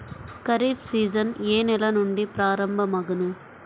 Kharif season ఏ నెల నుండి ప్రారంభం అగును?